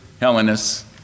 Hellenists